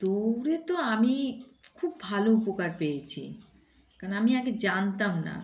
দৌড়ে তো আমি খুব ভালো উপকার পেয়েছি কারণ আমি আগে জানতাম না